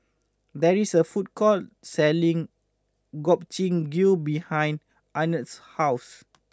there is a food court selling Gobchang Gui behind Arnett's house